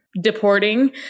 Deporting